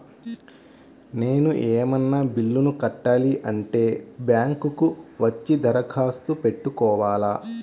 నేను ఏమన్నా బిల్లును కట్టాలి అంటే బ్యాంకు కు వచ్చి దరఖాస్తు పెట్టుకోవాలా?